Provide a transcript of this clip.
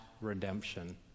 redemption